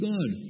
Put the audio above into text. God